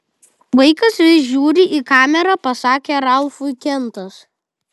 vaikas vis žiūri į kamerą pasakė ralfui kentas